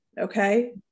okay